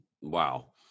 Wow